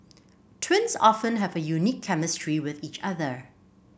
twins often have a unique chemistry with each other